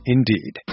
Indeed